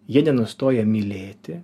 jie nenustoja mylėti